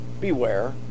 Beware